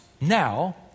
now